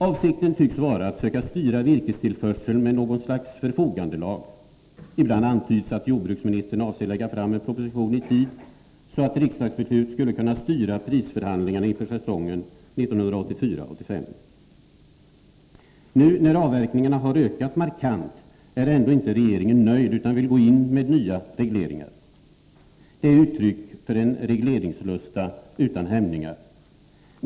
Avsikten tycks vara att söka styra virkestillförseln med något slags förfogandelag. Ibland antyds att jordbruksministern avser att lägga fram en proposition i tid så att riksdagsbeslut skulle kunna styra prisförhandlingarna inför säsongen 1984/85. Nu när avverkningarna har ökat markant är ändå inte regeringen nöjd utan vill gå in med nya regleringar. Det är uttryck för en regleringslusta utan hämningar.